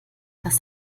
das